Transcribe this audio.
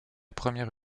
première